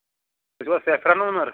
تُہۍ چھِوا saffron owner